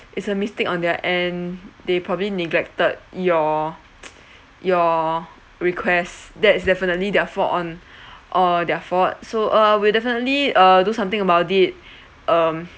it's a mistake on their end they probably neglected your your request that's definitely their fault on uh their fault so uh we'll definitely uh do something about it um